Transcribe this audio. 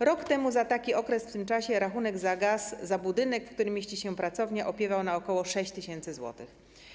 rok temu za taki okres w tym czasie rachunek za gaz za budynek, w którym mieści się pracownia, opiewał na ok. 6 tys. zł.